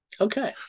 Okay